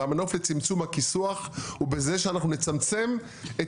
והמנוף לצמצום הכיסוח הוא בזה שאנחנו נצמצם את